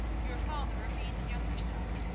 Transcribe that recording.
your father being the younger son,